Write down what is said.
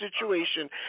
situation